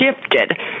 shifted